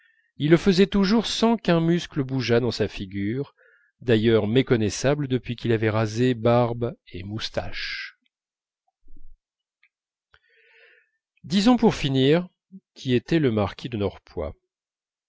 il le faisait toujours sans qu'un muscle bougeât dans sa figure d'ailleurs méconnaissable depuis qu'il avait rasé barbe et moustaches disons pour finir qui était le marquis de